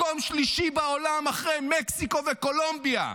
מקום שלישי בעולם, אחרי מקסיקו וקולומביה.